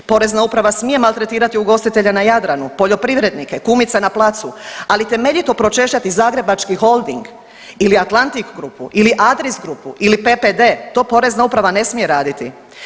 Porezna uprava smije maltretirati ugostitelje na Jadranu, poljoprivrednike, kumice na placu, ali temeljito pročešljati Zagrebački holding ili Atlantic grupu ili Adris grupu ili PPD to Porezna uprava ne smije raditi.